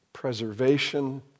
preservation